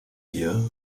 year